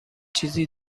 چیزی